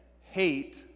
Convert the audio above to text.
hate